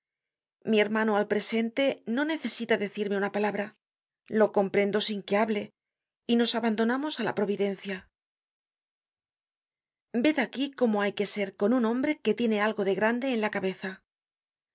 mi hermano al presente no necesita decirme una palabra le comprendo sin que hable y nos abandonamos á la providencia ved aquí cómo hay que ser con un hombre que tiene algo de grande en la cabeza he